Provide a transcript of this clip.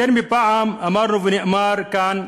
יותר מפעם אחת אמרנו, ונאמר כאן,